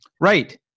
Right